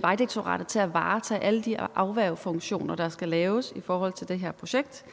Vejdirektoratet til at varetage alle de afværgefunktioner, der skal laves i forhold til det her projekt.